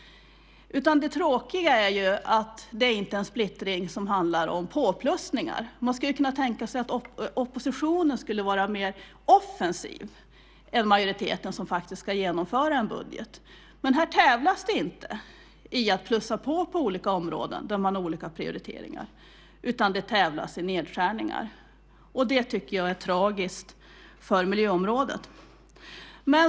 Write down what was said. Det tråkiga är att det inte är en splittring som handlar om att plussa på. Man skulle ju kunna tänka sig att oppositionen var mer offensiv än majoriteten som faktiskt ska genomföra en budget. Men här tävlas det inte i att plussa på inom olika områden där man har olika prioriteringar, utan det tävlas i nedskärningar. Det tycker jag är tragiskt för miljöområdet.